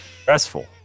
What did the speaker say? stressful